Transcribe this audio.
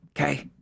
Okay